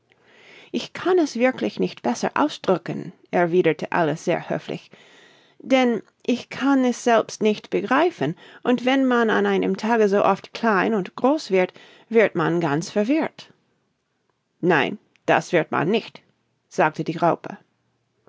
ich kann es wirklich nicht besser ausdrücken erwiederte alice sehr höflich denn ich kann es selbst nicht begreifen und wenn man an einem tage so oft klein und groß wird wird man ganz verwirrt nein das wird man nicht sagte die raupe